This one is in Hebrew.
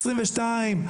עשרים ושתיים,